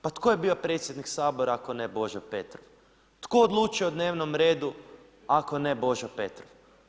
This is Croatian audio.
Pa tko je bio predsjednik Sabora ako ne Božo Petrov, tko odlučuje o dnevnom redu ako ne Božo Petrov?